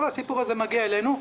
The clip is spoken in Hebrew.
כל הסיפור הזה מגיע אלינו.